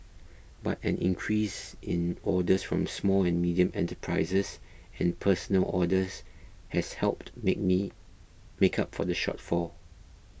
but an increase in orders from small and medium enterprises and personal orders has helped make me make up for the shortfall